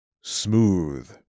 smooth